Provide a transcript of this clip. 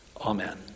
Amen